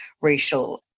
racial